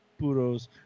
puros